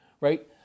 Right